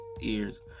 ears